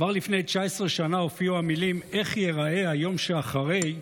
כבר לפני 19 שנה הופיעו המילים "איך ייראה היום שאחרי"